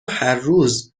هرروز